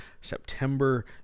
September